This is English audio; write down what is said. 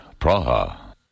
Praha